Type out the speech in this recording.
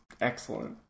excellent